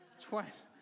Twice